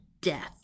death